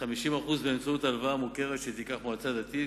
ו-50% באמצעות הלוואה מוכרת שתיקח מועצה דתית,